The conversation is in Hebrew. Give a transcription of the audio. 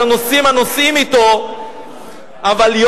על הנוסעים הנוסעים אתו,